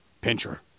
pincher